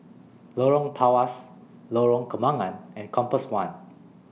Lorong Tawas Lorong Kembangan and Compass one